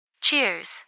Cheers